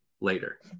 later